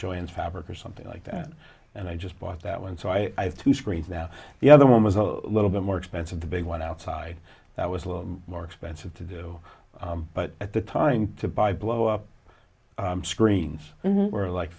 join fabric or something like that and i just bought that one so i have two screens now the other one was a little bit more expensive the big one outside that was a little more expensive to do but at the time to buy blow up screens were like